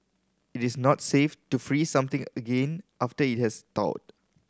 it is not safe to freeze something again after it has thawed